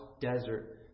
desert